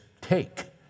take